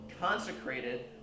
consecrated